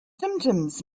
symptoms